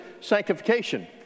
sanctification